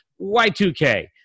Y2K